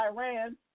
Iran